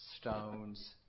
stones